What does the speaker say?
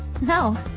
No